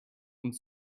und